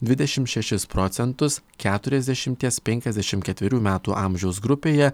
dvidešim šešis procentus keturiasdešimties penkiasdešimt ketverių metų amžiaus grupėje